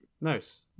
Nice